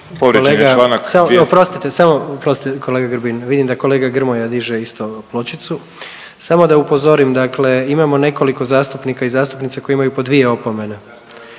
Povrijeđen je članak